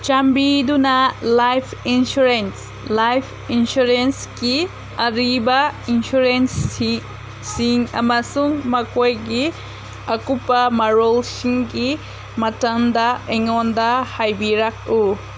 ꯆꯥꯝꯕꯤꯗꯨꯅ life insurance life ꯏꯟꯁꯨꯔꯦꯟꯁꯀꯤ ꯑꯔꯤꯕ ꯏꯟꯁꯨꯔꯦꯟꯁꯤꯡ ꯑꯃꯁꯨꯡ ꯃꯈꯣꯏꯒꯤ ꯑꯀꯨꯞꯄ ꯃꯔꯣꯜꯁꯤꯡꯒꯤ ꯃꯇꯝꯗ ꯑꯩꯉꯣꯟꯗ ꯍꯥꯏꯕꯤꯔꯛꯎ